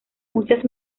muchas